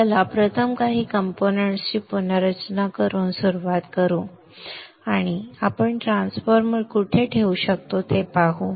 चला प्रथम काही कंपोनेंट्स ची पुनर्रचना करून सुरुवात करू आणि आपण ट्रान्सफॉर्मर कुठे ठेवू शकतो ते पाहू